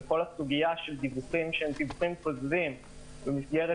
כל הסוגיה של דיווחים כוזבים במסגרת